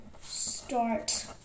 start